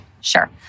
Sure